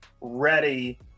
ready